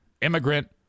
Immigrant